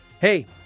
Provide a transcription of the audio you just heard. hey